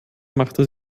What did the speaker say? machte